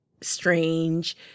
strange